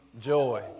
joy